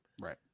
right